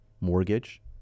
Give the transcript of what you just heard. mortgage